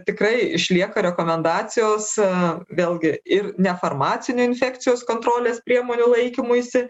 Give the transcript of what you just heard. tikrai išlieka rekomendacijos vėlgi ir nefarmacinių infekcijos kontrolės priemonių laikymuisi